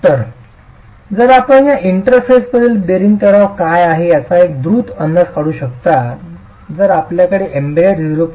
तर जर आपण त्या इंटरफेसवरील बेअरिंग तणाव काय आहे याचा एक द्रुत अंदाज काढू शकता जर आपल्याकडे एम्बेडमेंटसह 0